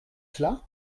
cela